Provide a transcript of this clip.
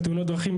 על תאונות דרכים,